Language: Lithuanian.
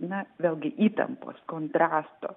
na vėlgi įtampos kontrasto